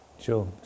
Sure